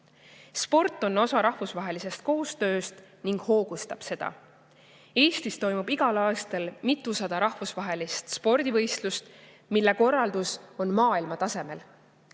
Sport on osa rahvusvahelisest koostööst ning hoogustab seda. Eestis toimub igal aastal mitusada rahvusvahelist spordivõistlust, mille korraldus on maailmatasemel.